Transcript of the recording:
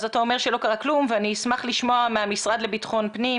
אז אתה אומר שלא קרה כלום ואני אשמח לשמוע מהמשרד לביטחון פנים